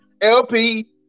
LP